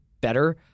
better